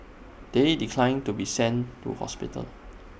they declined to be sent to hospital